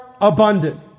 abundant